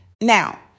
Now